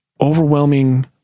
overwhelming